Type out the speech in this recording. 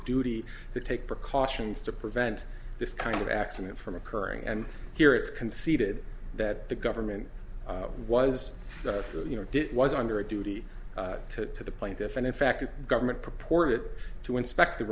duty to take precautions to prevent this kind of accident from occurring and here it's conceded that the government was you know it was under a duty to the plaintiff and in fact a government purported to inspect the